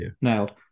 nailed